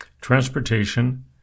transportation